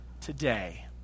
today